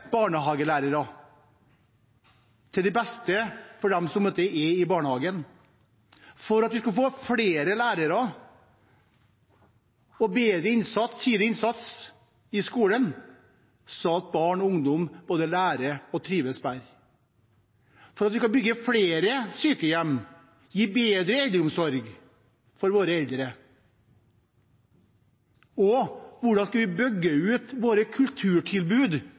barnehagelærere, til det beste for dem som er i barnehagen, for å kunne ansette flere lærere og ha mer av tidlig innsats i skolen, slik at barn og ungdom både lærer mer og trives bedre. De har gjort det for å kunne bygge flere sykehjem og gi bedre eldreomsorg for våre eldre og for å bygge ut